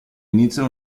inizia